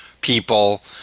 people